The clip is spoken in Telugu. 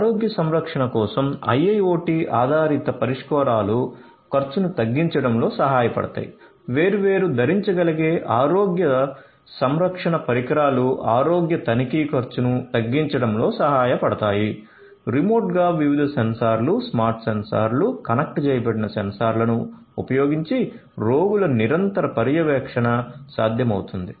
ఆరోగ్య సంరక్షణ కోసం IIoT ఆధారిత పరిష్కారాలు ఖర్చును తగ్గించడంలో సహాయపడతాయి వేర్వేరు ధరించగలిగే ఆరోగ్య సంరక్షణ పరికరాలు ఆరోగ్య తనిఖీ ఖర్చును తగ్గించడంలో సహాయపడతాయి రిమోట్గా వివిధ సెన్సార్లు స్మార్ట్ సెన్సార్లు కనెక్ట్ చేయబడిన సెన్సార్లను ఉపయోగించి రోగుల నిరంతర పర్యవేక్షణ సాధ్యమవుతుంది